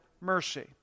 mercy